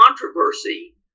controversy